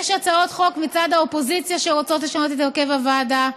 ויש הצעות חוק מצד האופוזיציה שרוצות לשנות את הרכב הוועדה,